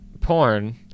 porn